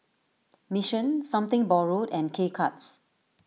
Mission Something Borrowed and K Cuts